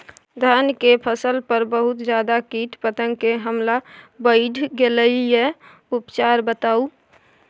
धान के फसल पर बहुत ज्यादा कीट पतंग के हमला बईढ़ गेलईय उपचार बताउ?